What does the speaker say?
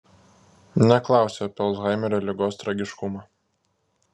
neklausiu apie alzhaimerio ligos tragiškumą